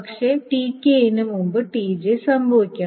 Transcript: പക്ഷേ Tk ന് മുമ്പ് Tj സംഭവിക്കണം